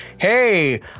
hey